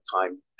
time